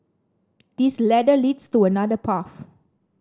this ladder leads to another path